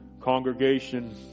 congregation